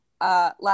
last